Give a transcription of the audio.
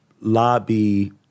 lobby